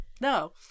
No